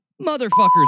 motherfuckers